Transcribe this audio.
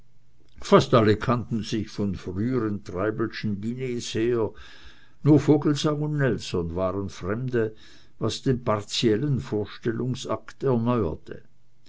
fast alle kannten sich von früheren treibelschen diners her nur vogelsang und nelson waren fremde was den partiellen vorstellungsakt erneuerte